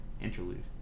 Interlude